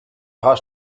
paar